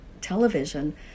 television